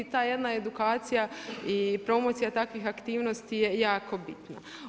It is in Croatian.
I ta jedna edukacija i promocija takvih aktivnosti je jako bitna.